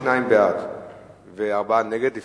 ואחריו, השר לביטחון פנים.